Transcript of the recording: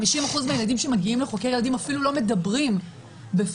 50% מהילדים שמגיעים לחוקר ילדים אפילו לא מדברים בפניו.